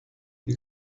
you